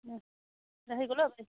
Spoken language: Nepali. अँ राखेको ल बाई